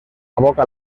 aboca